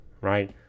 right